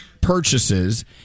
purchases